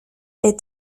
est